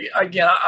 again